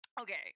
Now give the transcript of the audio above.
Okay